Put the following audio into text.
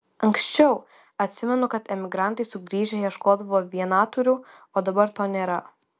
anksčiau atsimenu kad emigrantai sugrįžę ieškodavo vienatūrių o dabar to nėra